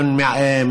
ואפילו יותר,